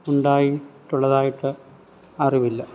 ഉണ്ടായിട്ടുള്ളതായിട്ട് അറിവില്ല